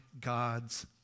God's